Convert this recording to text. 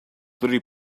three